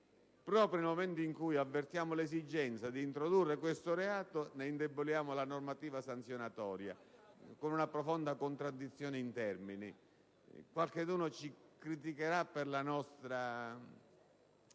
Proprio nel momento in cui avvertiamo l'esigenza di introdurre questo reato indeboliamo la normativa sanzionatoria, con una profonda contraddizione in termini. Qualcuno ci criticherà per il nostro